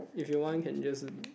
if you want can just